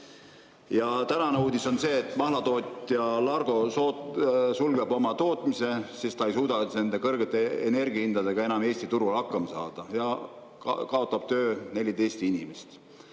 Tänane uudis on see, et mahlatootja Largo sulgeb oma tootmise, sest ta ei suuda nende kõrgete energiahindadega Eesti turul enam hakkama saada. Töö kaotab 14 inimest.